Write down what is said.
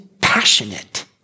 passionate